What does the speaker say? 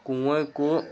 कुएँ को